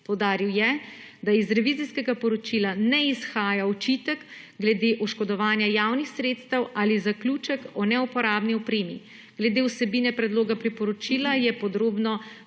Poudaril je, da iz revizijskega poročila ne izhaja očitek glede oškodovanja javnih sredstev ali zaključek o neuporabni opremi. Glede vsebine predloga priporočila je podrobno